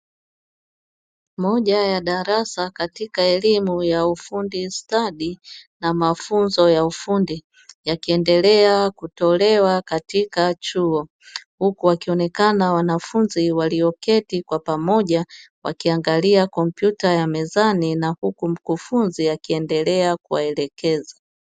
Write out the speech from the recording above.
Moja ya darasa katika elimu ya ufundi stadi na mafunzo ya ufundi. Yakiendelea kutolewa katika chuo huku wakionekana wanafunzi walioketi kwa pamoja, wakiangalia kompyuta ya mezani na huku mkufunzi akiendelea kuwaelekezwa.